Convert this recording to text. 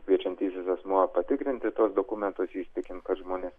kviečiantysis asmuo patikrinti tuos dokumentus įsitikint kad žmonės